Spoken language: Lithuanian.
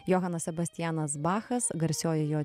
johanas sebastianas bachas garsioji jo